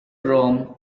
rome